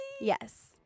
Yes